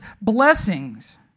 blessings